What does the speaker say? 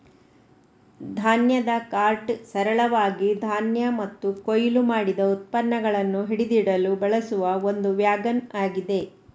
ಧಾನ್ಯದ ಕಾರ್ಟ್ ಸರಳವಾಗಿ ಧಾನ್ಯ ಮತ್ತು ಕೊಯ್ಲು ಮಾಡಿದ ಉತ್ಪನ್ನಗಳನ್ನ ಹಿಡಿದಿಡಲು ಬಳಸುವ ಒಂದು ವ್ಯಾಗನ್ ಆಗಿದೆ